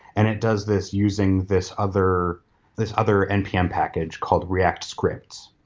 and it does this using this other this other npm package called react scripts.